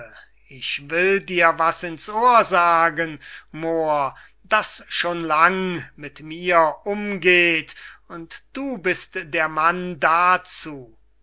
ich will dir was in's ohr sagen moor das schon lang mit mir umgeht und du bist der mann dazu